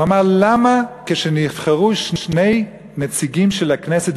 הוא אמר: למה כשנבחרו שני נציגים גברים של הכנסת